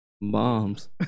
bombs